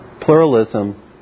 pluralism